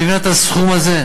את מבינה את הסכום הזה?